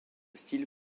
style